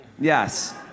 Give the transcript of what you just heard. Yes